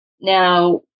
Now